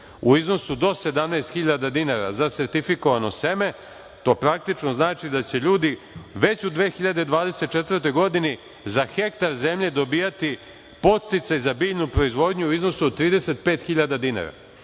u iznosu do 17.000 dinara za sertifikovano seme, to praktično znači da će ljudi već u 2024. godini za hektar zemlje dobijati podsticaj za biljnu proizvodnju u iznosu od 35.000 dinara.